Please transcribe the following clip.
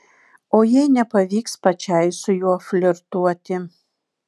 o jei nepavyks pačiai su juo flirtuoti